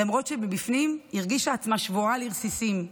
למרות שמבפנים היא הרגישה עצמה שבורה לרסיסים.